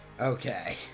Okay